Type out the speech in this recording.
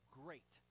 great